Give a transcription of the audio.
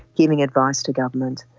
giving advice to government,